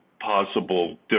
possible